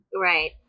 Right